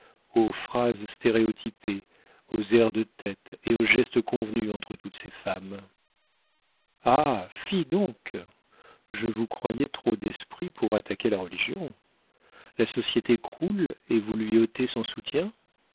aux phrases stéréotypées aux airs de tête et aux gestes convenus entre toutes ces femmes ah fi donc je vous croyais trop d'esprit pour attaquer la religion la société croule et vous lui ôtez son soutien